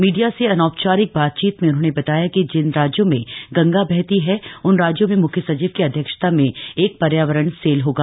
media से अनौौ चारिक बातचीत में उन्होंने बताया कि जिन राज्यों में गंगा बहती हैए उन राज्यों में मुख्य सचिव की अध्यक्षता में एक श्यावरण सेल होगा